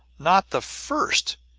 not the first!